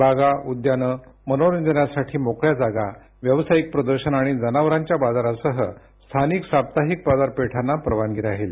बागा उद्यानं मनोरंजनासाठी मोकळ्या जागा व्यवसायिक प्रदर्शनं आणि जनावरांच्या बाजारासह स्थानिक साप्ताहिक बाजारपेठांना परवानगी राहील